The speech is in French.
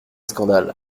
scandales